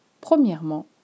Premièrement